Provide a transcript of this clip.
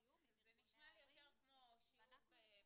בתיאום עם ארגוני ההורים -- זה נשמע לי יותר כמו שיעור באקדמיה,